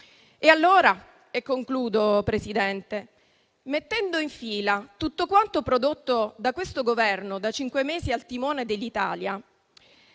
Allora - e concludo, Presidente - mettendo in fila tutto quanto prodotto da questo Governo, da cinque mesi al timone dell'Italia,